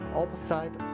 opposite